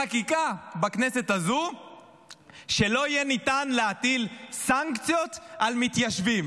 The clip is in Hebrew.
חקיקה בכנסת הזו שלא יהיה ניתן להטיל סנקציות על מתיישבים.